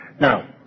Now